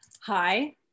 hi